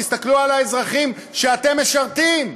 תסתכלו על האזרחים שאתם משרתים.